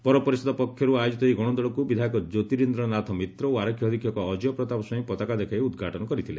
ପୌର ପରିଷଦ ପକ୍ଷର୍ ଆୟୋଜିତ ଏହି ଗଶଦୌଡକ୍ ବିଧାୟକ ଜ୍ୟୋତିରିନ୍ଦ ନାଥ ମିତ୍ ଓ ଆରକ୍ଷୀ ଅଧୀକ୍ଷକ ଅକୟ ପ୍ରତାପ ସ୍ୱାଇଁ ପତାକା ଦେଖାଇ ଉଦ୍ଘାଟନ କରିଥିଲେ